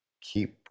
Keep